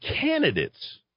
candidates